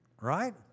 Right